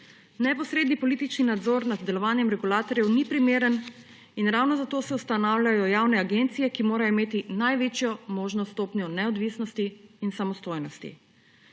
Neposreden politični nadzor nad delovanjem regulatorjev ni primeren in ravno zato se ustanavljajo javne agencije, ki morajo imeti največjo možno stopnjo neodvisnosti in samostojnosti.